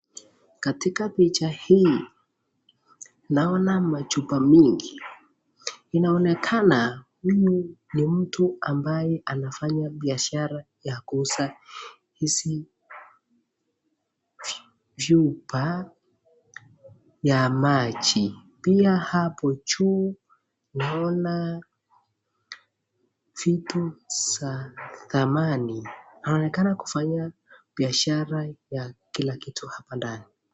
katika picha hii naona machupa mengi inaonekana huyu ni mtu ambaye anafanya biashara ya kuuza hizi chupa ya maji, pia hapo juu naona vitu za dhamani, naonekana kufanya biashara ya kila kitu hapa ndani